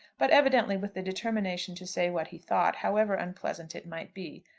but evidently with the determination to say what he thought, however unpleasant it might be.